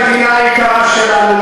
ונפעל יחד עם כל תושבי המדינה היקרה שלנו,